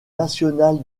national